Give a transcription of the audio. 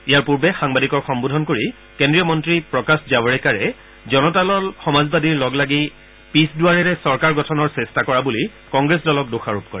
ইয়াৰ পূৰ্বে সাংবাদিকক সম্বোধন কৰি কেন্দ্ৰীয় মন্ত্ৰী প্ৰকাশ জাভৰেকাৰে জনতা দল সমাজবাদীৰ লগত লাগি পিছ দুৱাৰেৰে চৰকাৰ গঠনৰ চেষ্টা কৰা বুলি কংগ্ৰেছ দলক দোষাৰোপ কৰে